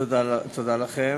תודה לכם.